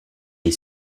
est